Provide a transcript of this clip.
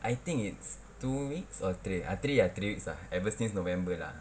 I think it's two weeks or three ah three ah three weeks lah ever since november lah